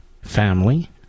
family